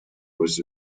was